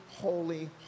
holy